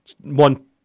One